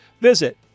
Visit